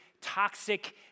toxic